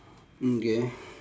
mm K